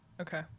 Okay